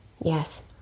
yes